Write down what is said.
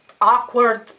awkward